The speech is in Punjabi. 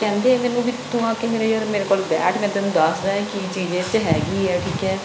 ਕਹਿੰਦੇ ਮੈਨੂੰ ਵੀ ਤੂੰ ਆ ਕੇ ਮੇਰੇ ਯਾਰ ਮੇਰੇ ਕੋਲ ਬੈਠ ਮੈਂ ਤੈਨੂੰ ਦੱਸਦਾਂ ਕਿ ਚੀਜ਼ ਇਸ 'ਚ ਹੈਗੀ ਆ ਠੀਕ ਹੈ